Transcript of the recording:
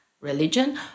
religion